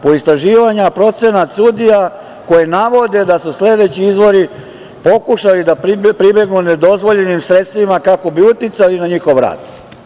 Po istraživanju procenat sudija, koje navode da su sledeći izvori pokušali da pribegnu nedozvoljenim sredstvima kako bi uticali na njihov rad.